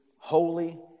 holy